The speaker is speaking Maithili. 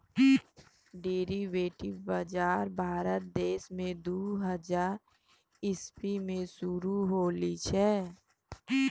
डेरिवेटिव बजार भारत देश मे दू हजार इसवी मे शुरू होलो छै